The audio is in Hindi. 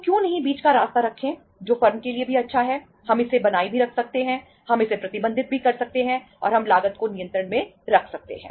तो क्यों नहीं बीच का रास्ता रखें जो फर्म के लिए भी अच्छा है हम इसे बनाए भी रख सकते हैं हम इसे प्रबंधित भी कर सकते हैं और हम लागत को नियंत्रण में रख सकते हैं